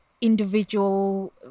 individual